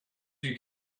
you